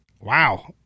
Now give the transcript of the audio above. Wow